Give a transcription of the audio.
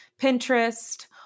Pinterest